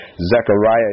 Zechariah